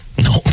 No